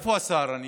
איפה השר?